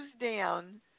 down